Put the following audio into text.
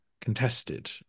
contested